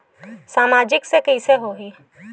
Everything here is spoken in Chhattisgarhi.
सामाजिक से कइसे होही?